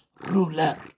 ruler